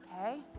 Okay